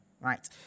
right